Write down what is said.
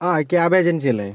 ആ cab agency അല്ലേ